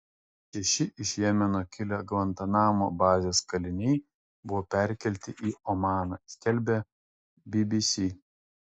šeši iš jemeno kilę gvantanamo bazės kaliniai buvo perkelti į omaną skelbia bbc